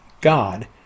God